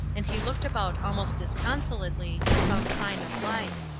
and he looked about almost disconsolately for some sign of life.